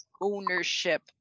ownership